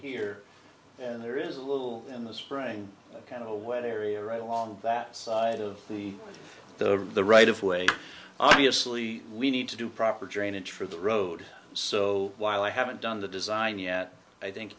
here and there is a little in the spring kind of a wet area right along that side of the the right of way obviously we need to do proper drainage for the road so while i haven't done the design yet i think